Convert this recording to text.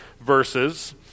verses